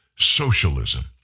socialism